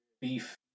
beef